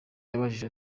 yabajije